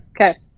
Okay